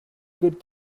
good